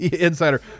Insider